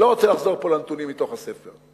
אני לא רוצה לחזור על הנתונים מתוך הספר.